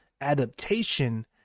adaptation